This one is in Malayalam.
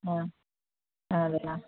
അതെയല്ലേ